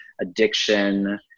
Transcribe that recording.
addiction